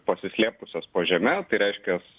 pasislėpusios po žeme tai reiškias